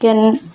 କେନ୍